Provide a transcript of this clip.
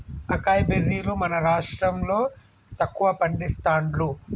acai బెర్రీలు మన రాష్టం లో తక్కువ పండిస్తాండ్లు